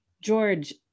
George